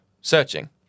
searching